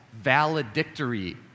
valedictory